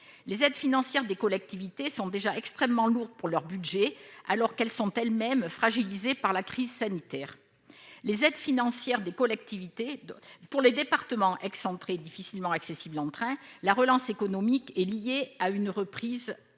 Les aides financières des collectivités sont déjà extrêmement lourdes pour leurs budgets, alors qu'elles sont elles-mêmes fragilisées par la crise sanitaire. Dans les départements excentrés et difficilement accessibles en train, la relance économique est liée à une reprise rapide